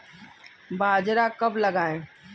बाजरा कब लगाएँ?